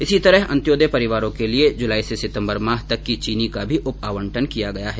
इसी तरह अंत्योदय परिवारों के लिए जुलाई से सितम्बर माह तक की चीनी का भी उप आवंटन किया गया है